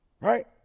Right